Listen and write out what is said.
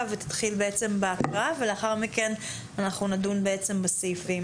ולהתחיל בהקראה ולאחר מכן נדון בסעיפים.